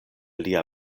lia